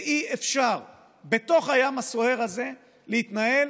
ואי-אפשר בתוך הים הסוער הזה להתנהל